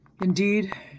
Indeed